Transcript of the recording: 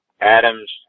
Adam's